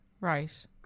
Right